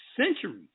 centuries